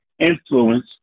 influence